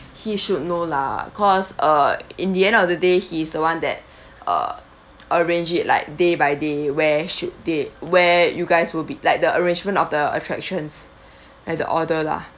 he should know lah cause uh in the end of the day he's the one that uh arrange it like day by day where should they where you guys will be like the arrangement of the attractions and the order lah